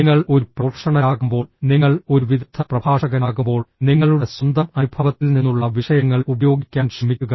നിങ്ങൾ ഒരു പ്രൊഫഷണലാകുമ്പോൾ നിങ്ങൾ ഒരു വിദഗ്ധ പ്രഭാഷകനാകുമ്പോൾ നിങ്ങളുടെ സ്വന്തം അനുഭവത്തിൽ നിന്നുള്ള വിഷയങ്ങൾ ഉപയോഗിക്കാൻ ശ്രമിക്കുക